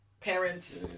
parents